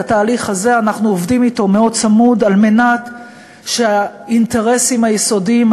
בתהליך הזה אנחנו עובדים אתו מאוד צמוד על מנת שהאינטרסים היסודיים,